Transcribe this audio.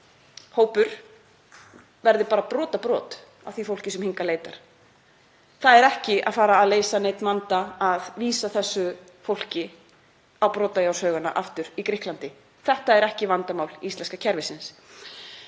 hópur verði bara brotabrot af því fólki sem hingað leitar. Það mun ekki leysa neinn vanda að vísa þessu fólki aftur á brotajárnshaugana í Grikklandi. Þetta er ekki vandamál íslenska kerfisins.